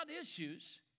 issues